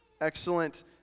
excellent